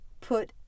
put